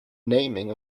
naming